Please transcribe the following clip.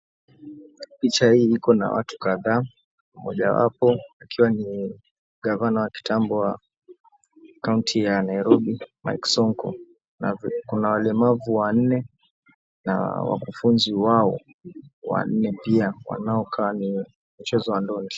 Picha hii iko na watu kadhaa, mojawapo ikiwa ni gavana wa kitambo wa kaunti ya Nairobi, Mike Sonko na kuna walemavu wanne na wakufunzi wao wanne pia wanakaa ni mchezo wa ndondi.